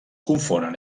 confonen